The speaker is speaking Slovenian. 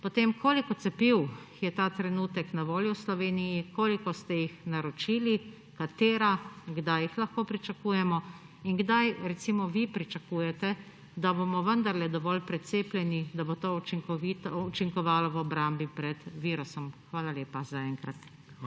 nizka? Koliko cepiv je ta trenutek na voljo v Sloveniji, koliko ste jih naročili, katera, kdaj jih lahko pričakujemo in kdaj recimo vi pričakujete, da bomo vendarle dovolj precepljeni, da bo to učinkovalo v obrambi pred virusom? Hvala lepa za enkrat.